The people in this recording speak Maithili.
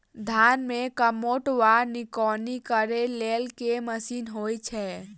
धान मे कमोट वा निकौनी करै लेल केँ मशीन होइ छै?